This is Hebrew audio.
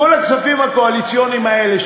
כל הכספים הקואליציוניים האלה,